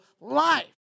life